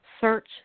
search